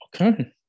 Okay